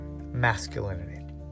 masculinity